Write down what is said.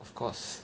of course